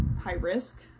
high-risk